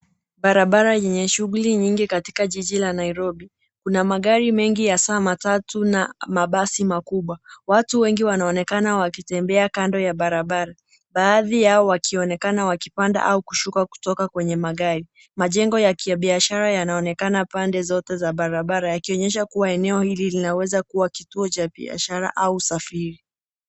Barabara yenye shughuli nyingi katika jiji la Nairobi, kuna magari menga haswa matatu na basi makubwa. Watu wengi wanaonekana wakitembea kando ya barabara, baadhi yao wakionekana wakipanda au kushuka kutoka kwenye magari. Majengo ya kibiashara yanaonekana pande zote za barabara yakionyesha kuwa eneo hili linaeza kuwa kituo cha biashara au usafiri.